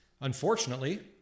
Unfortunately